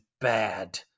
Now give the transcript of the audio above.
bad